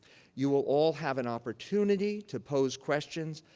you will all have an opportunity to pose questions.